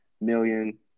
million